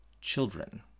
children